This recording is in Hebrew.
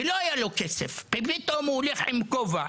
שלא היה לו כסף ופתאום הוא חובש איזה כובע,